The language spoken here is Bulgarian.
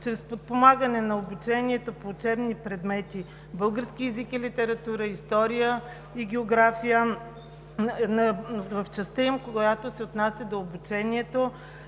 чрез подпомагане на обучението по учебни предмети български език и литература, история и география в частта им, която се отнася до обучението